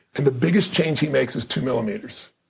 and the biggest change he makes is two millimeters.